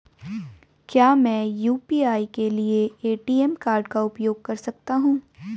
क्या मैं यू.पी.आई के लिए ए.टी.एम कार्ड का उपयोग कर सकता हूँ?